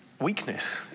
weakness